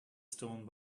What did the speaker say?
stone